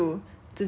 直接买